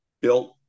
built